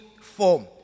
form